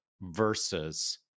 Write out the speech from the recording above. versus